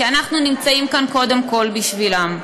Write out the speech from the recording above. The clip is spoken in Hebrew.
כי אנחנו נמצאים כאן קודם כול בשבילם.